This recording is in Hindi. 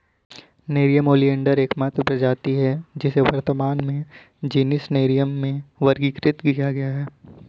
नेरियम ओलियंडर एकमात्र प्रजाति है जिसे वर्तमान में जीनस नेरियम में वर्गीकृत किया गया है